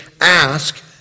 ask